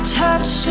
touch